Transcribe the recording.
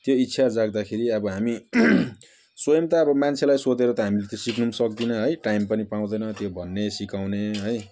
त्यो इच्छा जाग्दाखेरि अब हामी स्वयं त अब मान्छेलाई सोधेर त हामीले त सिक्नु पनि सक्दिनौँ है टाइम पनि पाउँदैनौँ त्यो भन्ने सिकाउने है